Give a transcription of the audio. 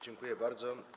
Dziękuję bardzo.